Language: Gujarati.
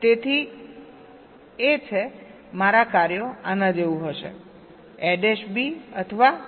તેથી છે મારા કાર્યો આના જેવું હશેab અથવાab